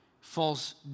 false